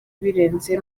birenze